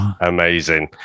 amazing